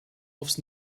aufs